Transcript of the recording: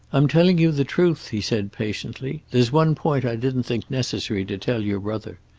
i'm telling you the truth, he said, patiently. there's one point i didn't think necessary to tell your brother.